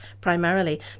primarily